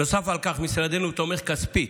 נוסף על כך, משרדנו תומך כספית